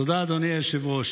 תודה, אדוני היושב-ראש.